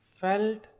felt